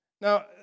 Now